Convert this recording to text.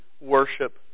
worship